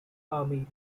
army